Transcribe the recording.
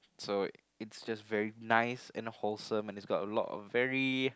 so it's just very nice and wholesome and it's got a lot very